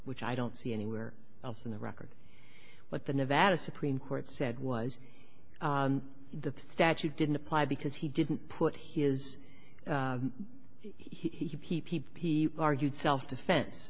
which i don't see anywhere else in the record what the nevada supreme court said was that the statute didn't apply because he didn't put his he p p p argued self defense